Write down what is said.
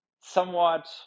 somewhat